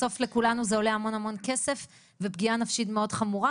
בסוף לכולנו זה עולה המון כסף ופגיעה נפשית מאוד חמורה,